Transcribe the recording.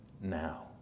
now